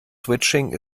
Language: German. switching